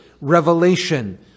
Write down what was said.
revelation